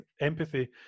empathy